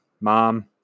mom